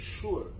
sure